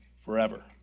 forever